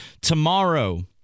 tomorrow